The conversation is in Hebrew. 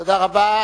תודה רבה.